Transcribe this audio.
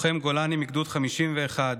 לוחם גולני מגדוד 51,